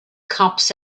cops